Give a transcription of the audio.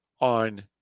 on